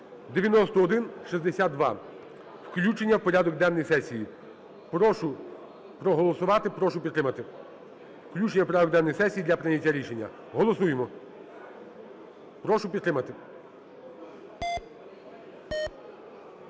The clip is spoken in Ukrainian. (9162) Включення в порядок денний сесії. Прошу проголосувати. Прошу підтримати. Включення в порядок денний сесій для прийняття рішення. Голосуємо. Прошу підтримати.